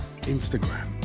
Instagram